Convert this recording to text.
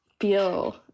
feel